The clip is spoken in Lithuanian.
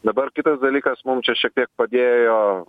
dabar kitas dalykas mum čia šiek tiek padėjo